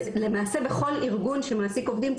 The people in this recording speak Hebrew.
למעשה בכל ארגון שמעסיק עובדים,